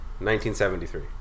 1973